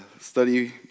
study